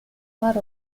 mar